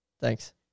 Thanks